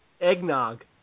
Eggnog